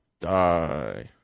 die